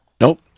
Nope